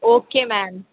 okay ma'am